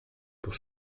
pour